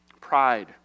Pride